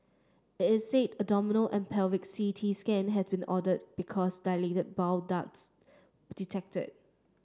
it said abdominal and pelvic C T scan had been ordered because dilated bile ducts detected